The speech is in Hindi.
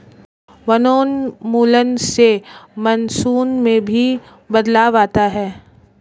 वनोन्मूलन से मानसून में भी बदलाव आता है